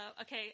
Okay